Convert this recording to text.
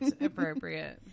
appropriate